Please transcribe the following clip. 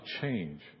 change